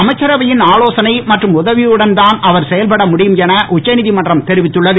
அமைச்சரவையின் ஆலோசனை மற்றும் உதவியுடன் தான் அவர் செயல்பட முடியும் என உச்சநீதிமன்றம் தெரிவித்துள்ளது